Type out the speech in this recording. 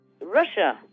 Russia